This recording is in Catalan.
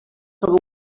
troba